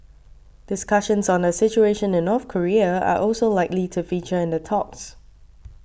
discussions on the situation in North Korea are also likely to feature in the talks